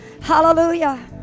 Hallelujah